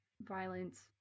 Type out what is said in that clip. violence